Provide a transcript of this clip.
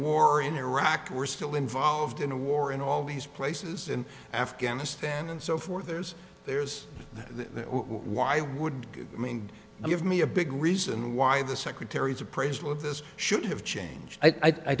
war in iraq we're still involved in a war in all these places and afghanistan and so forth there's there's the why wouldn't i mean give me a big reason why the secretary's appraisal of this should have changed i